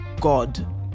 god